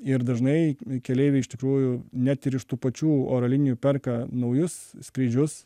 ir dažnai keleiviai iš tikrųjų net ir iš tų pačių oro linijų perka naujus skrydžius